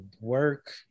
Work